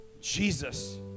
Jesus